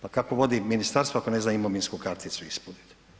Pa kako vodi ministarstvo ako ne zna imovinsku karticu ispuniti?